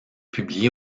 publié